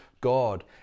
God